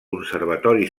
conservatori